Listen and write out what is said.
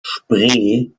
spree